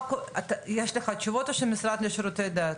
יש לך תשובות, או שזה המשרד לשירותי דת?